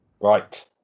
Right